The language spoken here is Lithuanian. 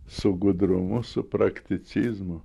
su gudrumu su prakticizmu